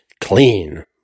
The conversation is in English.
clean